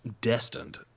destined